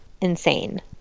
insane